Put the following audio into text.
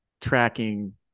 tracking